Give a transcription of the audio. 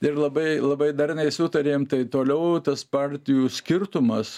ir labai labai darniai sutarėm tai toliau tas partijų skirtumas